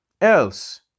else